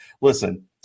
listen